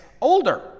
older